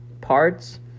parts